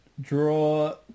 draw